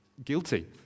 guilty